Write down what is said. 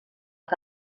que